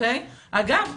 אגב,